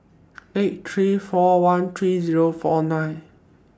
eight three four one three Zero four nine